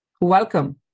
Welcome